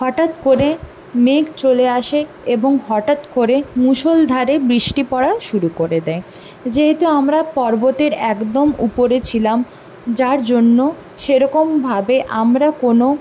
হঠাৎ করে মেঘ চলে আসে এবং হঠাৎ করে মুষলধারে বৃষ্টি পড়া শুরু করে দেয় যেহেতু আমরা পর্বতের একদম উপরে ছিলাম যার জন্য সেরকমভাবে আমরা কোনও